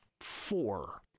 Four